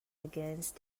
against